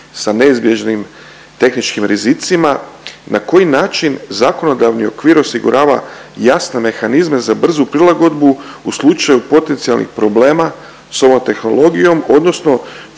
sa neizbježnim tehničkim rizicima, na koji način zakonodavni okvir osigurava jasne mehanizme za brzu prilagodbu u slučaju potencijalnih problema s novom tehnologijom odnosno